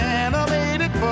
animated